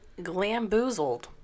glamboozled